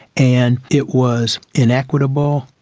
and it was inequitable,